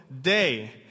day